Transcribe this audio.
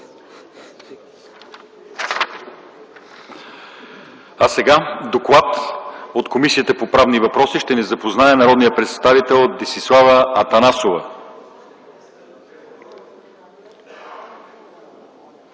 С доклада на Комисията по правни въпроси ще ни запознае народният представител Десислава Атанасова.